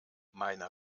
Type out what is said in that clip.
meine